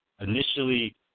initially